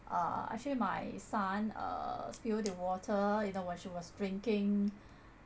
uh actually my son uh spill the water you know when she was drinking